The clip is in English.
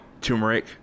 turmeric